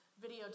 video